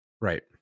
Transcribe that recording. Right